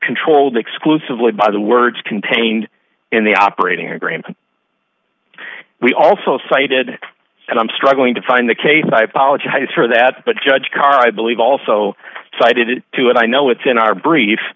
controlled exclusively by the words contained in the operating agreement we also cited and i'm struggling to find that case i apologize for that but judge carr i believe also cited it too and i know it's in our brief